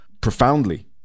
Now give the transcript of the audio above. profoundly